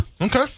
Okay